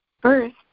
first